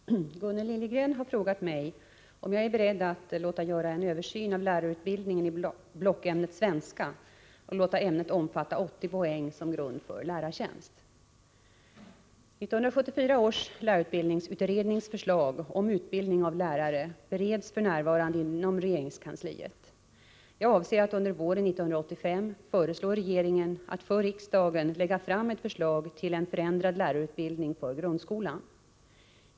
Herr talman! Gunnel Liljegren har frågat mig om jag är beredd att låta göra en översyn av lärarutbildningen i blockämnet svenska och låta ämnet omfatta 80 poäng som grund för lärartjänst. 1974 års lärarutbildningsutrednings förslag om utbildning av lärare bereds f.n. inom regeringskansliet. Jag avser att under våren 1985 föreslå regeringen att för riksdagen lägga fram ett förslag till en förändring av lärarutbildningen för grundskolan.